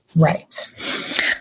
right